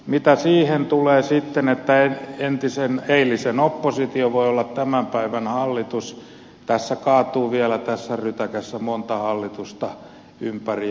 mitä siihen tulee sitten että eilisen oppositio voi olla tämän päivän hallitus tässä rytäkässä kaatuu vielä monta hallitusta ympäri eurooppaa